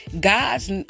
God's